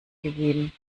gegeben